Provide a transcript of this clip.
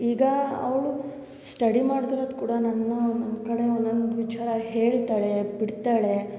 ಈಗ ಅವಳು ಸ್ಟಡಿ ಮಾಡ್ತಿರೋದು ಕೂಡ ನನ್ನ ಒನ್ನೊಂದು ಕಡೆ ಒನ್ನೊಂದು ವಿಚಾರ ಹೇಳ್ತಾಳೆ ಬಿಡ್ತಾಳೆ